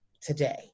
today